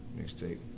mixtape